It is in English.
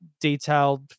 detailed